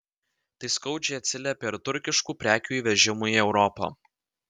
tai skaudžiai atsiliepia ir turkiškų prekių įvežimui į europą